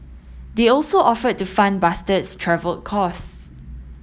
they also offered to fund Bastard's travel costs